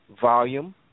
volume